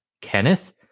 Kenneth